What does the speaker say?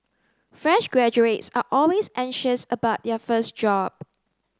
fresh graduates are always anxious about their first job